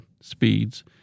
speeds